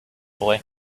boy